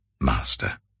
Master